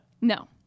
No